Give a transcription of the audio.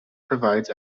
provides